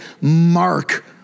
mark